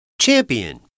Champion